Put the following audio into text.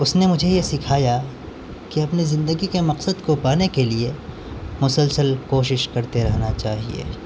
اس نے مجھے یہ سکھایا کہ اپنے زندگی کے مقصد کو پانے کے لیے مسلسل کوشش کرتے رہنا چاہیے